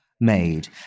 made